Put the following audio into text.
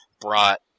brought